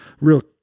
real